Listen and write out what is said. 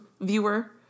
viewer